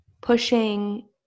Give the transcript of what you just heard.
pushing